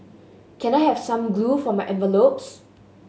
can I have some glue for my envelopes